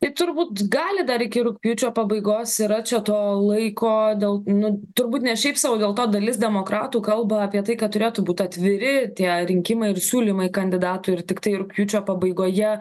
tai turbūt gali dar iki rugpjūčio pabaigos yra čia to laiko dėl nu turbūt ne šiaip sau dėl to dalis demokratų kalba apie tai kad turėtų būt atviri tie rinkimai ir siūlymai kandidatų ir tiktai rugpjūčio pabaigoje